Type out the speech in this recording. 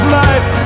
life